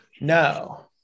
No